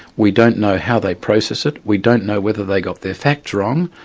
we don't know how they process it, we don't know whether they got their facts wrong,